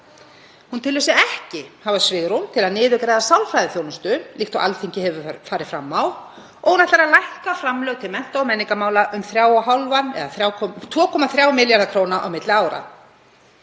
Hún telur sig ekki hafa svigrúm til að niðurgreiða sálfræðiþjónustu líkt og Alþingi hefur farið fram á og hún ætlar að lækka framlög til mennta- og menningarmála um 2,3 milljarða kr. á milli ára.